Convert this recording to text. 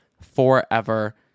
forever